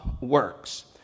works